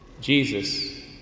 Jesus